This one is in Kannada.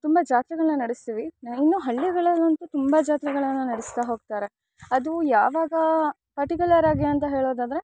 ತುಂಬ ಜಾತ್ರೆಗಳನ್ನ ನಡೆಸ್ತೀವಿ ಇನ್ನೂ ಹಳ್ಳಿಗಳಲ್ಲಂತೂ ತುಂಬ ಜಾತ್ರೆಗಳನ್ನು ನಡೆಸ್ತಾ ಹೋಗ್ತಾರೆ ಅದು ಯಾವಾಗ ಪರ್ಟಿಕ್ಯುಲರ್ ಆಗಿ ಅಂತ ಹೇಳೋದಾದರೆ